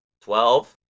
Twelve